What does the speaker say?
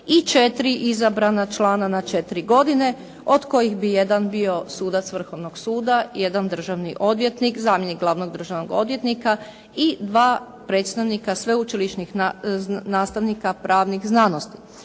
i četiri izabrana člana na četiri godine, od kojih bi jedan bio sudac Vrhovnog suda, jedan državni odvjetnik, zamjenik glavnog državnog odvjetnika i dva predstavnika sveučilišnih nastavnika pravnih znanosti.